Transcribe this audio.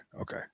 okay